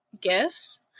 Gifts